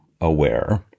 aware